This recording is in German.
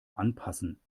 anpassen